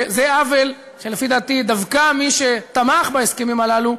זה עוול שלפי דעתי, דווקא מי שתמך בהסכמים הללו,